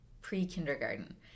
pre-kindergarten